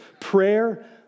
prayer